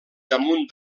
damunt